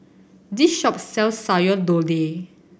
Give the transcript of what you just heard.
this shop sells Sayur Lodeh